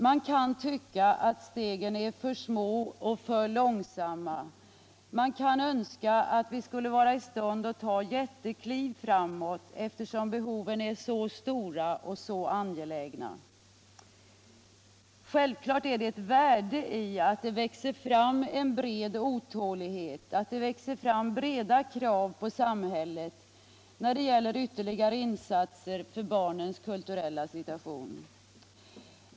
Man kan tycka att stegen är för små och för långsamma, man kan önska att vi skulle vara i stånd att ta jättekliv framåt, eftersom behoven är så stora och så angelägna. Självfallet är det ett värde att det växer fram en bred otålighet, breda krav på samhället då det gäller ytterligare insatser för barnens kulturella situation.